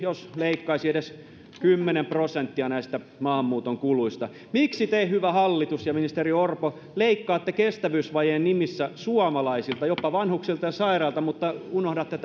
jos leikkaisi edes kymmenen prosenttia näistä maahanmuuton kuluista miksi te hyvä hallitus ja ministeri orpo leikkaatte kestävyysvajeen nimissä suomalaisilta jopa vanhuksilta ja sairailta mutta unohdatte